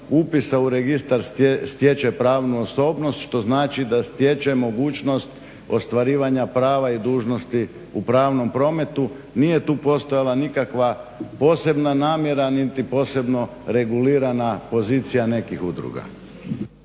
upisa u registar stječe pravnu osobnost što znači da stječe mogućost ostvarivanja prava i dužnosti u pravnom prometu. Nije tu postojala nikakva posebna namjera niti posebno regulirana pozicija nekih udruga.